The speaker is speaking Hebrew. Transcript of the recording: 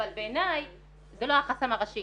אבל בעיניי זה לא החסם הראשי